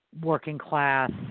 working-class